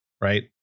right